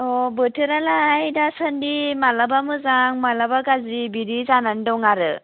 अ' बोथोरालाय दासान्दि मालाबा मोजां मालाबा गाज्रि बिदि जानानै दं आरो